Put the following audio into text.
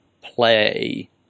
play